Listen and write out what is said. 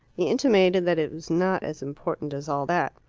he intimated that it was not as important as all that.